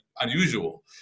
unusual